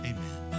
Amen